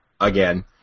again